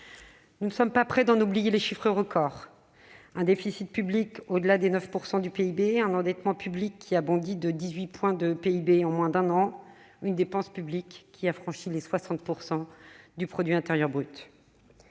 Nous ne sommes pas près d'en oublier les chiffres record : un déficit public qui est passé au-delà de 9 % du PIB, un endettement public qui a bondi de 18 points en moins d'un an, une dépense publique qui a franchi les 60 % du PIB.